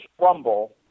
rumble